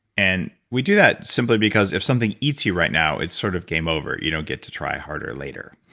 and we do that simply because if something eats you right now, it's sort of game over you know get to try harder later.